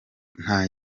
nta